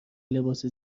لباس